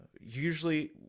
usually